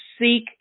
seek